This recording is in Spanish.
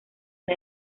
una